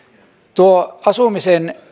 tuo asumisen